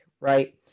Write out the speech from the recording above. right